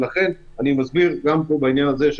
לכן אני מסביר גם בעניין הזה,